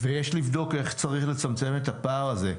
יש לבדוק איך לצמצם את הפער הזה.